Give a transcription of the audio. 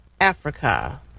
africa